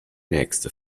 nächste